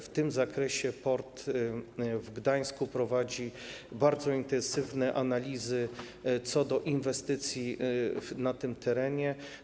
W tym zakresie port w Gdańsku prowadzi bardzo intensywne analizy co do inwestycji na tym terenie.